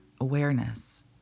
awareness